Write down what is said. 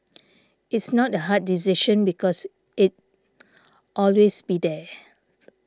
it's not a hard decision because it always be there